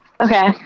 okay